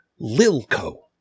Lilco